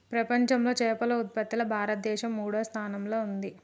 ప్రపంచంలా చేపల ఉత్పత్తిలా భారతదేశం మూడో స్థానంలా ఉంది